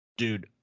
Dude